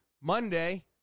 Monday